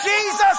Jesus